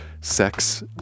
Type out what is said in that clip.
Sex